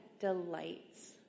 delights